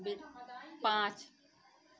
पाँच